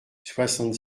soixante